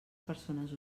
persones